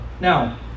Now